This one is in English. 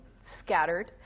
scattered